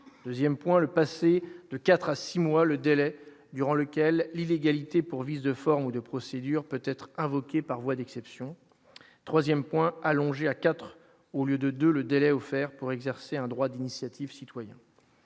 2ème point le passé de 4 à 6 mois le délai durant lequel l'illégalité pour vice de forme ou de procédure peut-être invoquée par voie d'exception 3ème point allongé A4 au lieu de 2 le délai offert pour exercer un droit d'initiative citoyenne